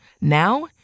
Now